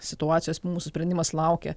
situacijos mūsų sprendimas laukia